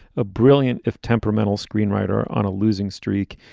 a brilliant, if temperamental screenwriter on a losing streak.